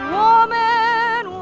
woman